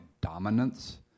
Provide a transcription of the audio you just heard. dominance